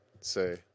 say